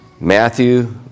Matthew